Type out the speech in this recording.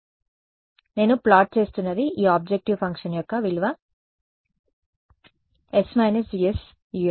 కాబట్టి నేను ప్లాట్ చేస్తున్నది ఈ ఆబ్జెక్టివ్ ఫంక్షన్ యొక్క విలువ ||s − GS Ux|| 2